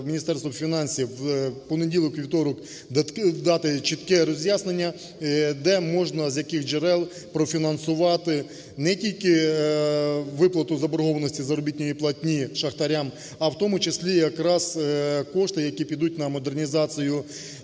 Міністерству фінансів в понеділок-вівторок дати чітке роз'яснення, де можна, з яких джерел профінансувати не тільки виплату заборгованості заробітної платні шахтарям, а в тому числі якраз кошти, які підуть на модернізацію,